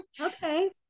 Okay